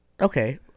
Okay